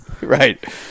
Right